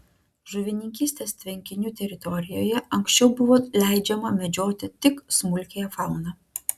žuvininkystės tvenkinių teritorijoje anksčiau buvo leidžiama medžioti tik smulkiąją fauną